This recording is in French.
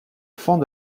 fond